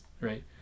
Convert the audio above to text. right